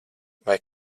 vai